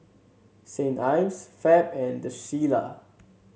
Saint Ives Fab and The Shilla